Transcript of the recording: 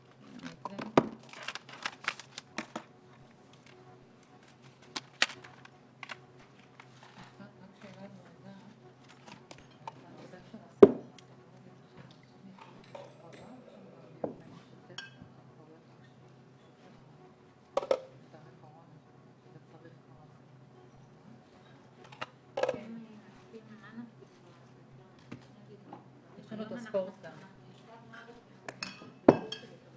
14:35.